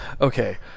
Okay